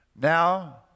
Now